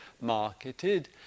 marketed